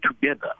together